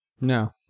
No